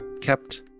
kept